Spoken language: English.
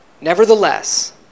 Nevertheless